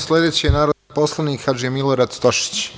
Sledeći je narodni poslanik Hadži Milorad Stošić.